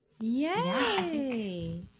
Yay